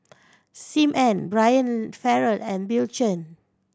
Sim Ann Brian Farrell and Bill Chen